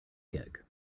kick